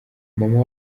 mama